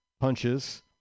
Punches